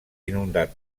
inundat